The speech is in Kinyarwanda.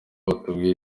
batubwira